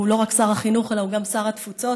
שהוא לא רק שר החינוך אלא גם שר התפוצות,